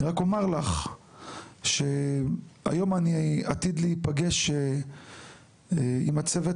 אני רק אומר לך שהיום אני עתיד להיפגש עם הצוות